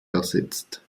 ersetzt